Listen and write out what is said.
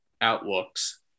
outlooks